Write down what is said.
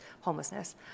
homelessness